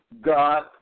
God